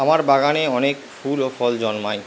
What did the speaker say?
আমার বাগানে অনেক ফুল ও ফল জন্মায়